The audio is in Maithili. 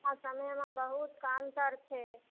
एखुनका समयमे बहुत कऽ अन्तर छै